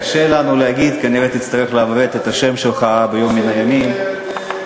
תתאמן על זה.